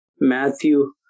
Matthew